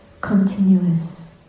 continuous